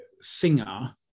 singer